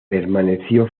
permaneció